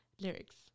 lyrics